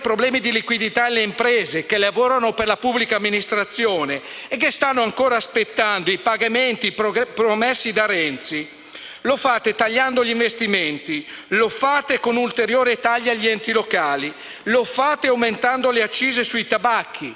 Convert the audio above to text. Lo fate tagliando gli investimenti; lo fate con ulteriori tagli agli enti locali; lo fate aumentando le accise sui tabacchi e sul prelievo erariale unico sui giochi, di cui peraltro diminuite il *pay out*, ovvero la percentuale di vincita.